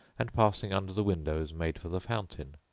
and passing under the windows made for the fountain.